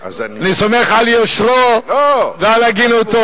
אני סומך על יושרו ועל הגינותו.